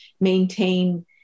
maintain